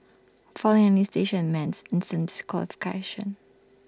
failing any station meant instant